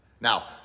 Now